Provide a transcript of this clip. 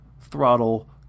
throttle